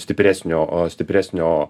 stipresnio o stipresnio